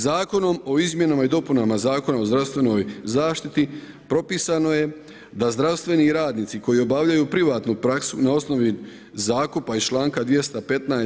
Zakonom o izmjenama i dopunama Zakona o zdravstvenoj zaštiti propisano je da zdravstveni radnici koji obavljaju privatnu praksu na osnovi zakupa iz članka 215.